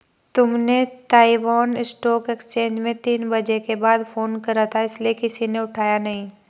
तुमने Taiwan stock exchange में तीन बजे के बाद फोन करा था इसीलिए किसी ने उठाया नहीं